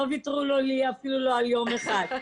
לא ויתרו לי אפילו לא על יום אחד.